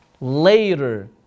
Later